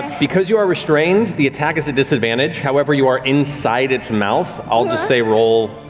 because you are restrained, the attack is a disadvantage, however, you are inside its mouth, i'll just say roll,